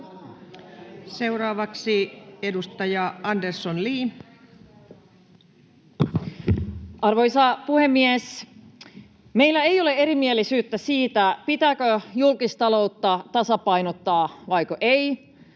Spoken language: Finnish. Time: 15:25 Content: Arvoisa puhemies! Meillä ei ole erimielisyyttä siitä, pitääkö julkistaloutta tasapainottaa vaiko ei,